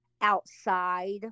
outside